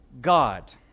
God